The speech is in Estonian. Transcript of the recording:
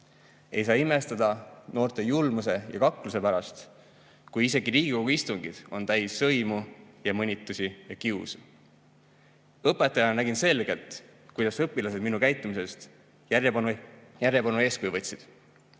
Ei saa imestada noorte julmuse ja kakluse pärast, kui isegi Riigikogu istungid on täis sõimu, mõnitusi ja kiusu. Õpetajana nägin selgelt, kuidas õpilased minu käitumisest järjepanu eeskuju võtsid.